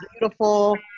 beautiful